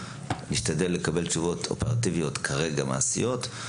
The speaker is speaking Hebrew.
אנחנו כמובן נשתדל לקבל תשובות אופרטיביות מעשיות כרגע,